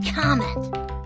comment